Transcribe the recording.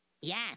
Yes